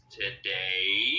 today